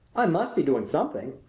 i must be doing something.